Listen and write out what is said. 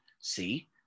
See